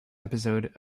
episode